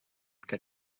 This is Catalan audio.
que